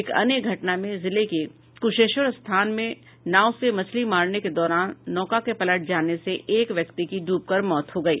एक अन्य घटना में जिले के कुशेश्वरस्थान में नाव से मछली मारने के दौरान नौका के पलट जाने से एक व्यक्ति की डूबकर मौत हो गयी